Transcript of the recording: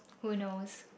who knows